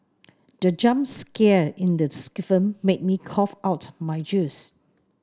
the jump scare in the film made me cough out my juice